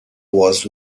was